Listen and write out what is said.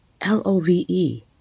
L-O-V-E